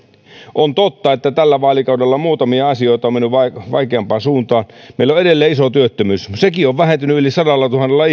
on totta että tällä vaalikaudella muutamia asioita on mennyt vaikeampaan suuntaan meillä on edelleen iso työttömyys sekin on vähentynyt yli sadallatuhannella